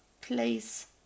place